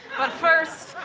but, first.